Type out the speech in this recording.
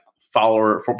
follower